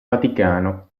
vaticano